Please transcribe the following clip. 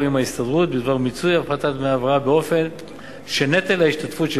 עם ההסתדרות בדבר מיצוי הפחתת דמי ההבראה באופן שנטל ההשתתפות של